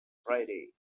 friday